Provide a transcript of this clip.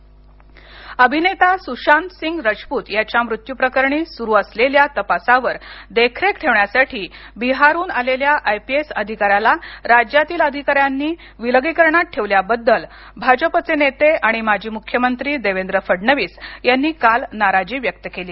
फडणवीस अभिनेता सुशांतसिंग राजपूत याच्या मृत्युप्रकरणी सुरू असलेल्या तपासावर देखरेख ठेवण्यासाठी बिहारहून आलेल्या आयपीएस अधिकाऱ्याला राज्यातील अधिकाऱ्यांनी विलगीकरणात ठेवल्याबद्दल भाजपचे नेते आणि माजी मुख्यमंत्री देवेंद्र फडणवीस यांनी काल नाराजी व्यक्त केली